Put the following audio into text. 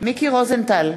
מיקי רוזנטל,